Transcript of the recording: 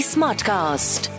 Smartcast